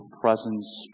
presence